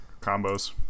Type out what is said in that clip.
Combos